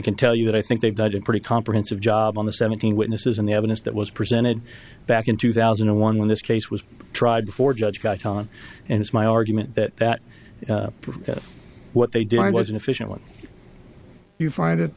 can tell you that i think they've got a pretty comprehensive job on the seventeen witnesses and the evidence that was presented back in two thousand and one when this case was tried before judge got on and it's my argument that that that what they did was an efficient one you find it